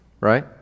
Right